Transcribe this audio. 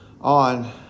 On